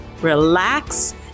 relax